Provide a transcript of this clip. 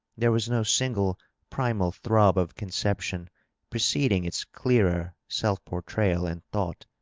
there was no single primal throb of conception preceding its clearer self-portrayal in thought.